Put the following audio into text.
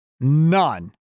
none